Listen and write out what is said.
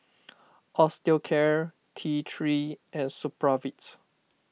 Osteocare T three and Supravit